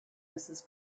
mrs